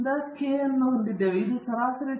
MS R ಗೆ MS R ಯ ಅನುಪಾತವು ನಿಮಗೆ F ಮೌಲ್ಯವನ್ನು ನೀಡುತ್ತದೆ